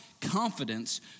confidence